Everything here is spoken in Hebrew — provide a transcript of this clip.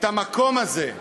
את המקום הזה,